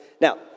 Now